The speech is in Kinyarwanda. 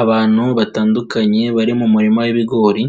Abantu batandukanye bari mu murima w'ibigori